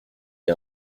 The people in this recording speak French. ait